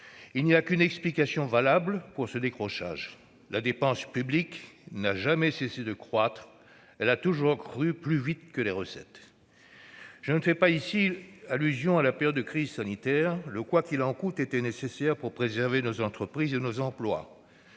il n'y a qu'une explication valable pour ce décrochage. La dépense publique n'a jamais cessé de croître, et elle a toujours crû plus vite que les recettes. Je ne fais pas ici allusion à la période de crise sanitaire. Le « quoi qu'il en coûte » était nécessaire pour préserver nos entreprises et nos emplois.